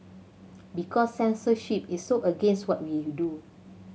because censorship is so against what we do